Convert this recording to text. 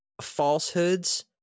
falsehoods